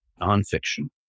nonfiction